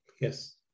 Yes